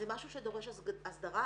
זה משהו שדורש הסדרה.